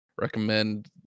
recommend